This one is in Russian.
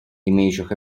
имеющих